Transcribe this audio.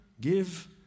give